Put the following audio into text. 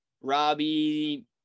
Robbie